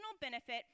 benefit